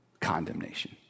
condemnation